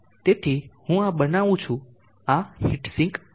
તેથી હું આ બનાવું છું આ હીટ સિંક દોરો